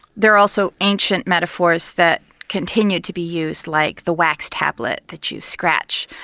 there are also ancient metaphors that continue to be used like the wax tablet that you scratch,